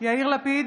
יאיר לפיד,